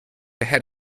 ahead